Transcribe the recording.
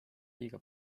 liiga